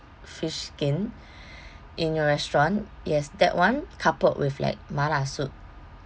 fish skin in your restaurant yes that one coupled with like mala soup